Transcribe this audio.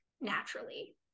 naturally